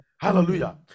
Hallelujah